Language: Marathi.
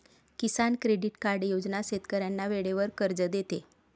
किसान क्रेडिट कार्ड योजना शेतकऱ्यांना वेळेवर कर्ज देते